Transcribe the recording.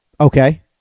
Okay